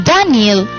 Daniel